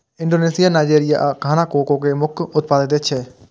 Indonesia, Nigeria आ Ghana cocoa के मुख्य उत्पादक देश छियै